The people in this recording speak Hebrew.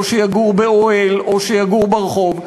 או שיגור באוהל או שיגור ברחוב,